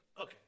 okay